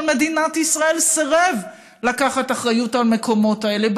מדינת ישראל סירב לקחת אחריות על המקומות האלה,